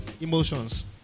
emotions